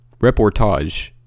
Reportage